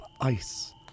ice